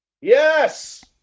Yes